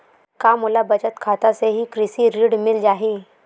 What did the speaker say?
का मोला बचत खाता से ही कृषि ऋण मिल जाहि?